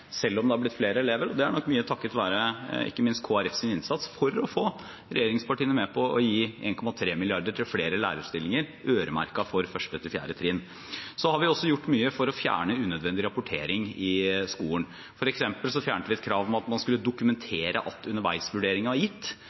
selv om det har blitt flere elever, og det er nok mye takket være ikke minst Kristelig Folkepartis innsats for å få regjeringspartiene med på å gi 1,3 mrd. kr til flere lærerstillinger øremerket for 1.–4. trinn. Så har vi også gjort mye for å fjerne unødvendig rapportering i skolen, f.eks. fjernet vi et krav om at man skulle dokumentere at underveisvurdering var gitt.